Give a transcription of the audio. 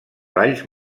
valls